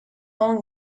own